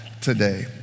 today